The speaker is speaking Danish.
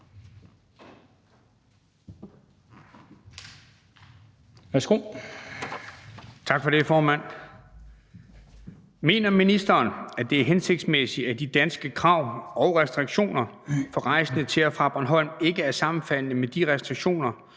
(V): Tak for det, formand. Mener ministeren, at det er hensigtsmæssigt, at de danske krav og restriktioner for rejsende til og fra Bornholm ikke er sammenfaldende med de restriktioner,